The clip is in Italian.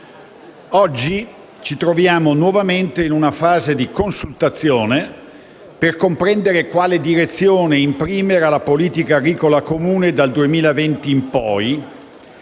Oggi ci troviamo nuovamente in una fase di consultazione, per comprendere quale direzione imprimere alla Politica agricola comune dal 2020 in poi,